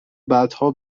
بعدها